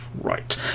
right